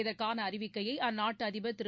இதற்கான அறிவிக்கையை அந்நாட்டு அதிபர் திரு